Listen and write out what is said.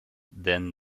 then